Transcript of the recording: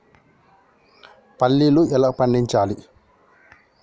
పల్లీలు ఎలా పండించాలి?